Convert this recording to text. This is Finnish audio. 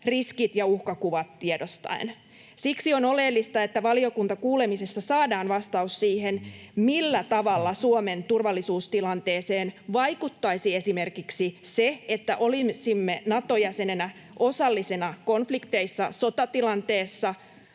riskit ja uhkakuvat tiedostaen. Siksi on oleellista, että valiokuntakuulemisissa saadaan vastaus siihen, millä tavalla Suomen turvallisuustilanteeseen vaikuttaisi esimerkiksi se, että olisimme Nato-jäsenenä osallisena konflikteissa sotatilanteessa,